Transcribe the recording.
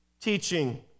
teaching